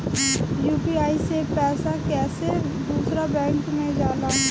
UPI से पैसा कैसे दूसरा बैंक मे जाला?